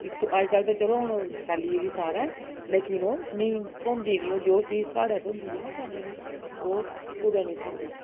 इत्थै अज्जकल ते चलो हून फैली गेदी सारै लेकिन ओह् नेईं थ्होंदी नी ओह् जो चीज साढ़ै थ्होंदी ऐ खाने दी ओह् कुदै नी थ्होंदी